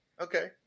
okay